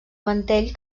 mantell